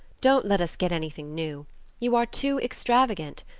don't let us get anything new you are too extravagant.